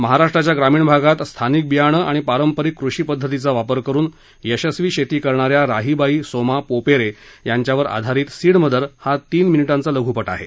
महाराष्ट्राच्या ग्रामीण भागात स्थानिक बियाणं आणि पारंपरिक कृषी पद्धतीचा वापर करून यशस्वी शेती करणाऱ्या राहीबाई सोमा पोपेरे यांच्या वर आधारित सीड मदर हा तीन मिनिटांचा लघ्पट आहे